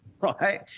right